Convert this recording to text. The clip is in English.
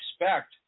expect